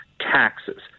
taxes